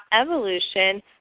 Evolution